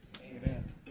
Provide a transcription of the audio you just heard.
Amen